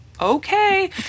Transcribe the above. okay